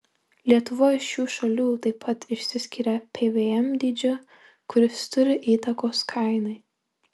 lietuva iš šių šalių taip pat išsiskiria pvm dydžiu kuris turi įtakos kainai